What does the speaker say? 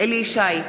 אליהו ישי,